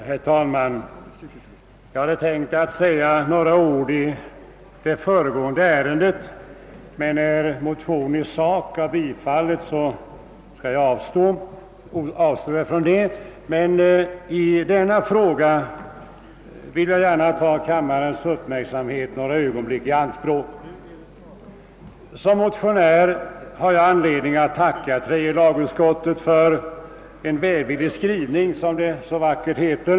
Herr talman! Jag hade tänkt säga några ord i det föregående ärendet, men då motionen bifallits i sak avstod jag från det. I den nu föreliggande frågan vill jag emellertid gärna ta kammarens uppmärksamhet i anspråk några ögonblick. Som motionär har jag anledning att tacka tredje lagutskottet för en välvillig skrivning, som det så vackert heter.